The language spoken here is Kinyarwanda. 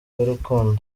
y’urukundo